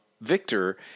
Victor